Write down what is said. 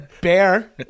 bear